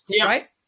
right